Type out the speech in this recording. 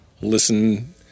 listen